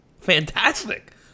fantastic